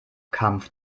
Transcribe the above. kampf